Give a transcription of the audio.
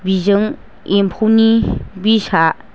बिजों एम्फौनि बिसआ